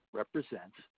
represents